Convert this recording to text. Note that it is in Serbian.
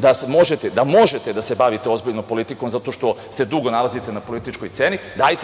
da možete da se bavite ozbiljno politikom zato što se dugo nalazite na političkoj sceni,